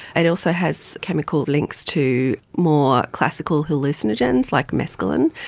it also has chemical links to more classical hallucinogens like mescalin.